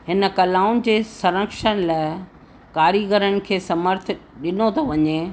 हिन कलाऊं जे संरक्षण लाइ कारीगरनि खे समर्थ ॾिनो थो वञे